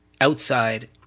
outside